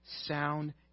sound